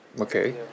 Okay